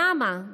למה?